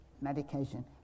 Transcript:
medication